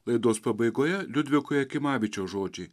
laidos pabaigoje liudviko jakimavičiaus žodžiai